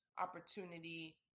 opportunity